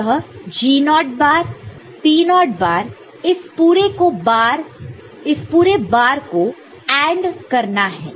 तो यह G0 naught naught bar P0 naught naught bar इस पूरे का बार को AND करना है